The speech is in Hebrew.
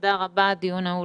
תודה רבה, הדיון נעול.